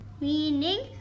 meaning